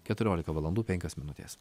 keturiolika valandų penkios minutės